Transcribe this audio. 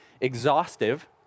exhaustive